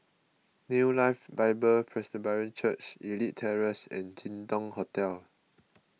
New Life Bible Presbyterian Church Elite Terrace and Jin Dong Hotel